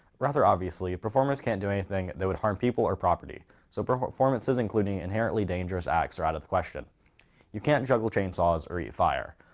rather obviously performers can't do anything that would harm people or property, so performances including inherently dangerous acts are out of the question you can't juggle chainsaws or eat fire.